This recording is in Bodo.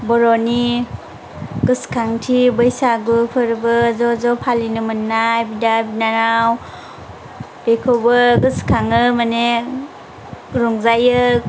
बर'नि गोसोखांथि बैसागु फोरबो ज' ज' फालिनो मोननाय बिदा बिनानाव बेखौबो गोसोखाङो माने रंजायो